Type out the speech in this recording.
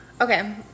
okay